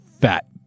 fat